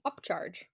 upcharge